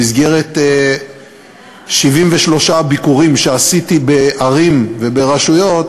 במסגרת 73 ביקורים שעשיתי בערים וברשויות,